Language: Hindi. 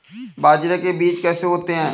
बाजरे के बीज कैसे होते हैं?